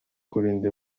kwirinda